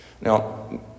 Now